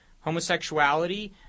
Homosexuality